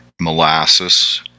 molasses